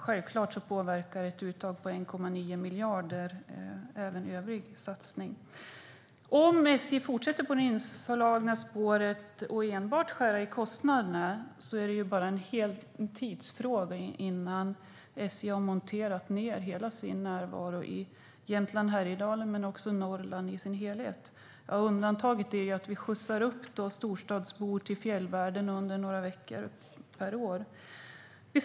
Självklart påverkar ett uttag på 1,9 miljarder även övriga satsningar. Om SJ fortsätter på det inslagna spåret och enbart skär i kostnaderna är det en tidsfråga innan SJ har monterat ned hela sin närvaro i Jämtland och Härjedalen och i Norrland i sin helhet. Undantaget är att vi skjutsar upp storstadsbor till fjällvärlden under några veckor per år.